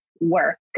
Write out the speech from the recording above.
work